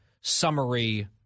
summary